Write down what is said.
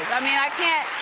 i mean i can't.